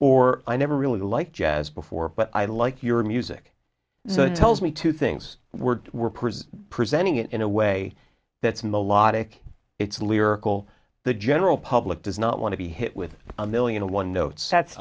or i never really like jazz before but i like your music tells me two things were were prison presenting it in a way that's melodic it's lyrical the general public does not want to be hit with a million a one note sets